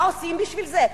מה עושים בשביל זה?